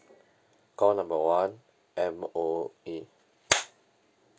call number one M_O_E